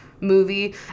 movie